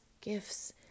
gifts